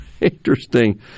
interesting